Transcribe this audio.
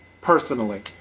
personally